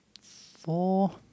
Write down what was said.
four